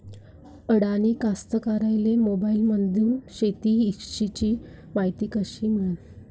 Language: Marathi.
अडानी कास्तकाराइले मोबाईलमंदून शेती इषयीची मायती कशी मिळन?